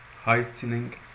heightening